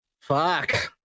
fuck